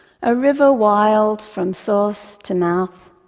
a river wild from source to mouth,